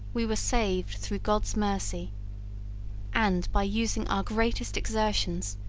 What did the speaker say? we were saved through god's mercy and, by using our greatest exertions,